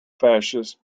fascist